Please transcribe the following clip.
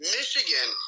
Michigan